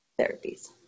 therapies